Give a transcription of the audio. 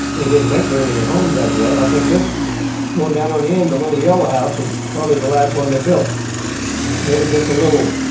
they didn't make very many homes after that. i think this one down on the end, the little yellow house, was probably the last one they built. and it was just a little,